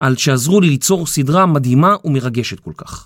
על שעזרו לי ליצור סדרה מדהימה ומרגשת כל כך.